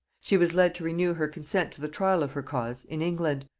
she was led to renew her consent to the trial of her cause in england,